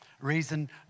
Reason